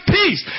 peace